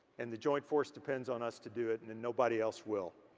and the joint force depends on us to do it and and nobody else will.